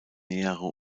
nähere